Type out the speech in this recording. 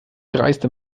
dreiste